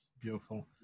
Beautiful